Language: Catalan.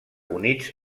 units